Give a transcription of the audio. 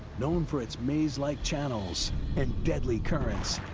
known for its maze-like channels and deadly currents.